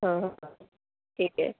ہاں ہاں ٹھیک ہے